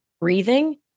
Breathing